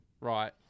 right